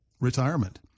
retirement